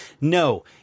No